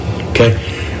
Okay